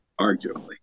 arguably